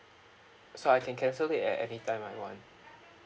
so I can cancel it at anytime I want